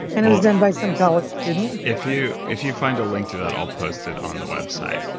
and it was done by some college student if you if you find a link to that, i'll post it on the website.